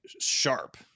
sharp